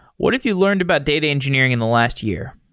what have you learned about date engineering in the last year?